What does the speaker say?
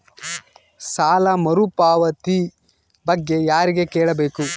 ಸಾಲ ಮರುಪಾವತಿ ಬಗ್ಗೆ ಯಾರಿಗೆ ಕೇಳಬೇಕು?